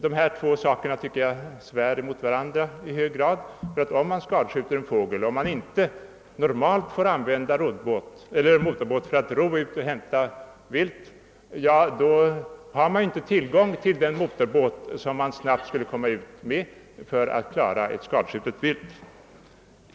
Dessa två saker tycker jag svär emot varandra i hög grad, ty om man skadskjuter en fågel och om man normalt inte får använda motorbåt för att ro ut och hämta viltet, ja, då har man ju inte tillgång till den motorbåt som man snabbt skulle komma ut med för att hämta det skadskjutna viltet!